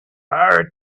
heart